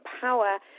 power